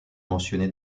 mentionné